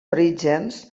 orígens